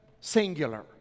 singular